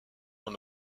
dans